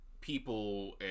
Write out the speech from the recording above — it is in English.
people